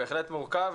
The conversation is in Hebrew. זה בהחלט מורכב,